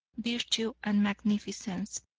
virtue, and magnificence.